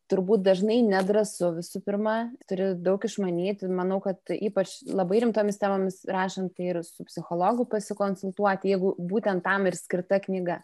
turbūt dažnai nedrąsu visų pirma turi daug išmanyt manau kad ypač labai rimtomis temomis rašant tai ir su psichologu pasikonsultuoti jeigu būtent tam ir skirta knyga